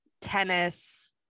tennis